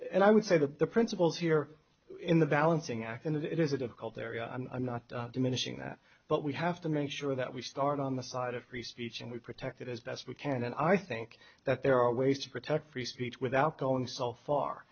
and i would say that the principles here in the balancing act and the it is a difficult area and i'm not diminishing that but we have to make sure that we start on the side of free speech and we protect it as best we can and i think that there are ways to protect free speech without going so far